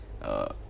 uh